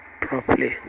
properly